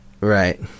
right